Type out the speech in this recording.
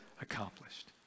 accomplished